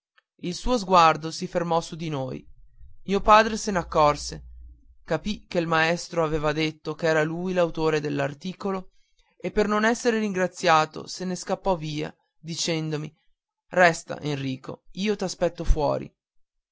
il suo sguardo si fermò su di noi mio padre se ne accorse capì che il maestro aveva detto ch'era lui l'autor dell'articolo e per non esser ringraziato se ne scappò via dicendomi resta enrico io t'aspetto fuori